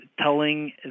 telling